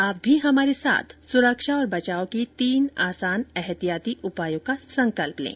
आप भी हमारे साथ सुरक्षा और बचाव के तीन आसान एहतियाती उपायों का संकल्प लें